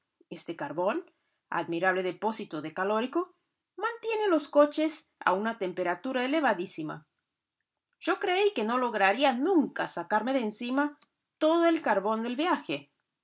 este carbón admirable depósito de calórico mantiene los coches a una temperatura elevadísima yo creí que no lograría nunca sacarme de encima todo el carbón del viaje